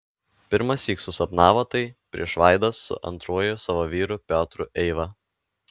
pirmąsyk susapnavo tai prieš vaidą su antruoju savo vyru piotru eiva